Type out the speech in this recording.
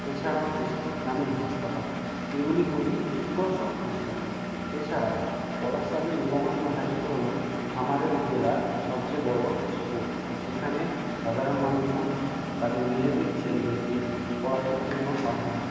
এছাড়াও কেশপুর গ্রামীণ হাসপাতাল এইগুলি খুবই উৎকর্ষ হসপিটাল এছাড়াও পলাশ চাবড়ি দীনবন্ধু হাই স্কুল হল আমাদের জেলার সবচেয়ে বড়ো স্কুল এখানে সাধারণ মানুষজন তাদের নিজেদের ছেলেদেরকে পড়াশোনার জন্য পাঠানো হয়